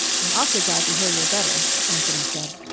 i'm awfully glad to hear you're better, anthony said.